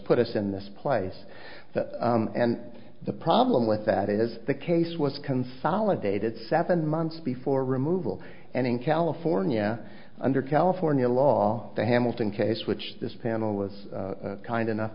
put us in this place and the problem with that is the case was consolidated seven months before removal and in california under california law the hamilton case which this panel was kind enough